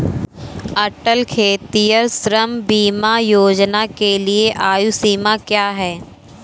अटल खेतिहर श्रम बीमा योजना के लिए आयु सीमा क्या है?